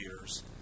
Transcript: years